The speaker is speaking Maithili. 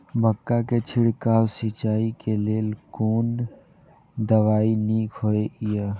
मक्का के छिड़काव सिंचाई के लेल कोन दवाई नीक होय इय?